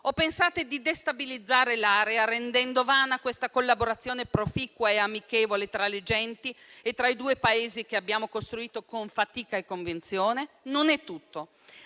O pensate di destabilizzare l'area rendendo vana questa collaborazione proficua e amichevole tra le genti e tra i due Paesi, che abbiamo costruito con fatica e convinzione? Non è tutto.